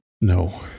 No